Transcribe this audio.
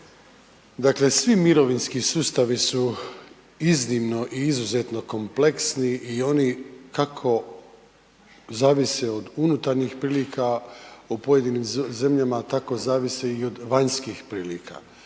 Dakle, vi mirovinski sustavi su iznimno i izuzetno kompleksni i oni kako zavise od unutarnjih prilika u pojedinim zemljama, tako zavise i od vanjskih prilika.